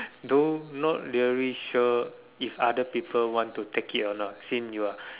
though not really sure if other people want to take it or not since you are